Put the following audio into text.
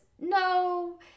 no